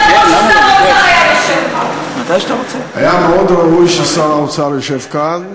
היה מאוד ראוי ששר האוצר ישב כאן,